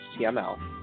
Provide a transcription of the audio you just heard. html